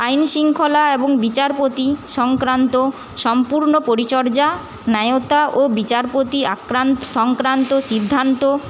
আইন শিঙ্খলা এবং বিচারপতি সংক্রান্ত সম্পূর্ণ পরিচর্যা ন্যায়তা ও বিচারপতি আক্রান্ত সংক্রান্ত সিদ্ধান্ত